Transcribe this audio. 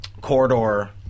corridor